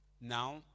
Now